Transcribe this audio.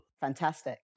Fantastic